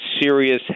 serious